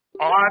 on